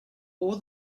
all